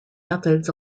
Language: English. methods